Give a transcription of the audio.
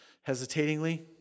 hesitatingly